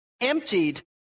emptied